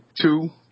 two